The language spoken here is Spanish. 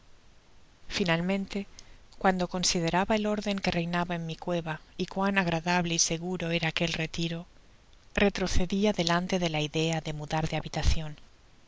finalmente cuando consideraba el orden que reinaba en mi cueva y cuán agradable y seguro era aquel retiro retrocedia delante de la idea de mudar de habitacion